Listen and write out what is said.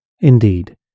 Indeed